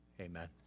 Amen